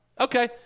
okay